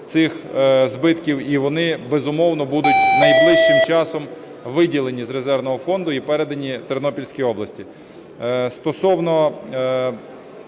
цих збитків, і вони, безумовно, будуть найближчим часом виділені з резервного фонду і передані Тернопільській області.